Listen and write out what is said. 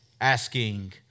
asking